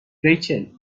ریچل